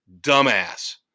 dumbass